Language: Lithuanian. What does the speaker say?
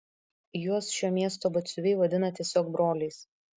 juos šio miesto batsiuviai vadina tiesiog broliais